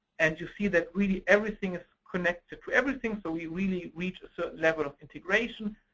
and you see that really everything is connected to everything. so we've really reached a certain level of integration.